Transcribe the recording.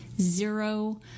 zero